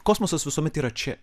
kosmosas visuomet yra čia